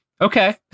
Okay